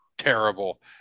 terrible